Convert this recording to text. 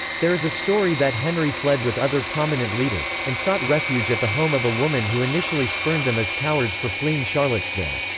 there is a story that henry fled with other prominent leaders, and sought refuge at the home of a woman who initially spurned them as cowards for fleeing charlottesville.